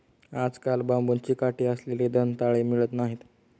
आजकाल बांबूची काठी असलेले दंताळे मिळत नाहीत